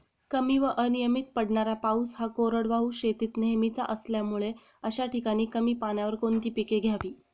कमी व अनियमित पडणारा पाऊस हा कोरडवाहू शेतीत नेहमीचा असल्यामुळे अशा ठिकाणी कमी पाण्यावर कोणती पिके घ्यावी?